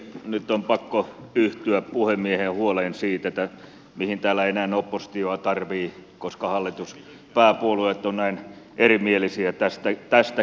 nyt on pakko yhtyä puhemiehen huoleen siitä että mihin täällä enää oppositiota tarvitsee koska hallituksen pääpuolueet ovat näin erimielisiä tästäkin asiasta